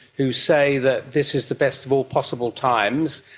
who say that this is the best of all possible times.